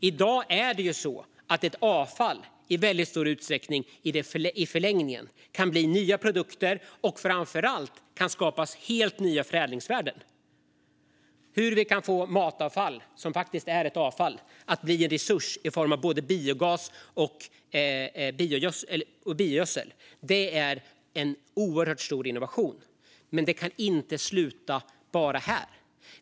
I dag kan ju avfall i väldigt stor utsträckning i förlängningen bli nya produkter, och framför allt kan det skapas helt nya förädlingsvärden. Att vi kan få matavfall, som faktiskt är avfall, att bli en resurs i form av både biogas och biogödsel är en oerhört stor innovation, men det kan inte sluta här.